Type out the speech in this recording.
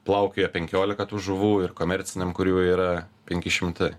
plaukioja penkiolika tų žuvų ir komerciniam kur jų yra penki šimtai